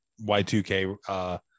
Y2K